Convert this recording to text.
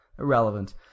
Irrelevant